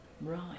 Right